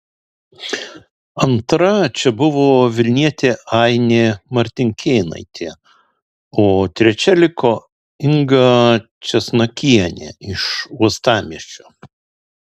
antra čia buvo vilnietė ainė martinkėnaitė o trečia liko inga česnakienė iš uostamiesčio